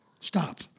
Stop